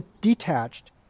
detached